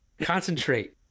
Concentrate